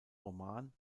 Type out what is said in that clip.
roman